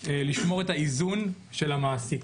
לשמור את האיזון של המעסיק.